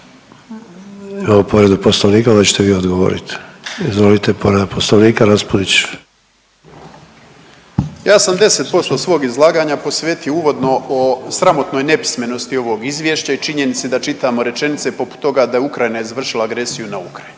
Imamo povredu poslovnika, onda ćete vi odgovorit. Izvolite povreda poslovnika Raspudić. **Raspudić, Nino (Nezavisni)** Ja sam 10% svog izlaganja posvetio uvodno o sramotnoj nepismenosti ovog izvješća i činjenici da čitamo rečenice poput toga da je Ukrajina izvršila agresiju na Ukrajinu.